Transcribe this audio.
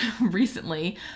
recently